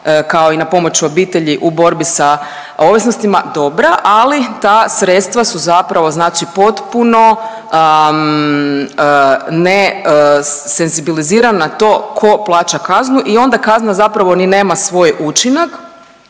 kao i na pomoć u obitelji u borbi sa ovisnostima dobra, ali ta sredstva su zapravo znači potpuno ne senzibilizira na to tko plaća kaznu i onda kazna zapravo ni nema svoj učinak.